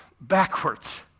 backwards